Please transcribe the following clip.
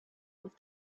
with